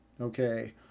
Okay